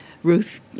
Ruth